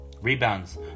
Rebounds